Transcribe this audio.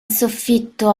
soffitto